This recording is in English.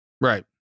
Right